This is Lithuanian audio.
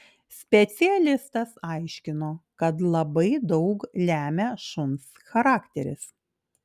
specialistas aiškino kad labai daug lemia šuns charakteris